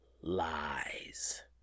lies